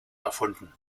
erfunden